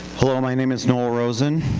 hello, my name is noel rosen,